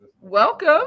Welcome